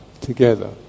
together